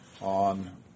on